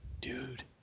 Dude